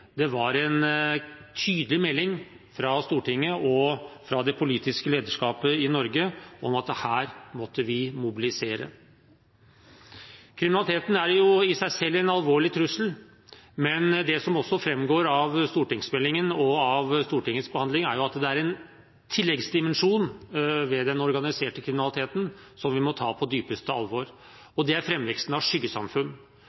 det var en tydelig melding fra Stortinget og fra det politiske lederskapet i Norge om at her måtte vi mobilisere. Kriminaliteten er i seg selv en alvorlig trussel, men det som også framgår av stortingsmeldingen og av Stortingets behandling, er at det er en tilleggsdimensjon ved den organiserte kriminaliteten som vi må ta på det dypeste alvor,